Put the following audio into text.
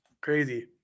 Crazy